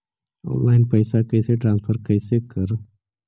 Online पैसा कैसे transfer कैसे कर?